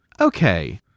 okay